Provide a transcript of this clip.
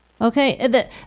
Okay